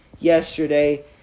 yesterday